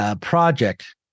Project